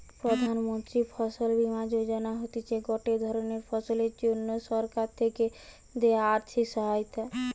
প্রধান মন্ত্রী ফসল বীমা যোজনা হতিছে গটে ধরণের ফসলের জন্যে সরকার থেকে দেয়া আর্থিক সহায়তা